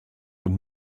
und